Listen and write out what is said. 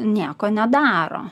nieko nedaro